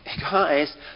guys